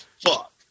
fuck